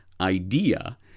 idea